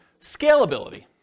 Scalability